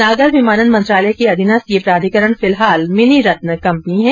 नागर विमानन मंत्रालय के अधीनस्थ ये प्राधिकरण फिलहाल मिनीरत्न कंपनी है